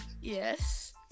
Yes